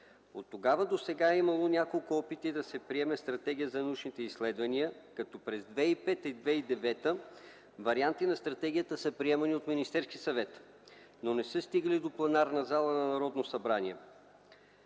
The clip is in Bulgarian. Оттогава досега е имало няколко опити да се приеме Стратегия за научните изследвания, като през 2005-2009 г. варианти на стратегията са приемани от Министерския съвет, но не са стигали до пленарната зала на Народното събрание.